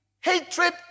Hatred